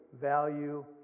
value